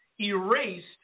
erased